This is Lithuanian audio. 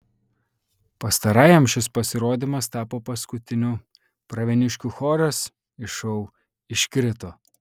pastarajam šis pasirodymas tapo paskutiniu pravieniškių choras iš šou iškrito